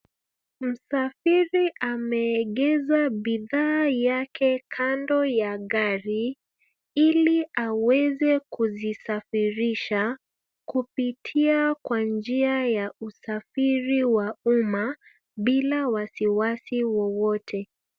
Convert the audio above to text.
Msafiri ameegeza bidhaa yake kando ya gari ili aweze kuzisafurisha kupitia kwa njia ya usafiri wa umma bila wasiwasi wowote.